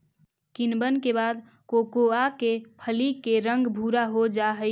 किण्वन के बाद कोकोआ के फली के रंग भुरा हो जा हई